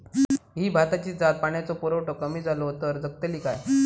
ही भाताची जात पाण्याचो पुरवठो कमी जलो तर जगतली काय?